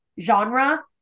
genre